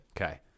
Okay